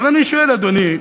אבל אני שואל, אדוני,